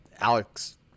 Alex